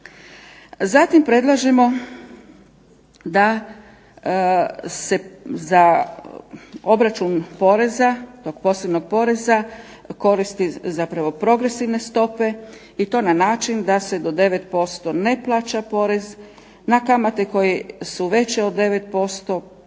Zatim predlažemo da se za obračun poreza tog posebnog poreza koriste zapravo progresivne stope i to na način da se do 9% ne plaća porez na kamate koje su veće od 9%